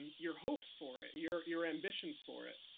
and your hopes for it. your your ambitions for it.